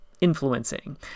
influencing